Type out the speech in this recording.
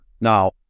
Now